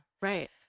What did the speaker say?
Right